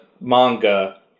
manga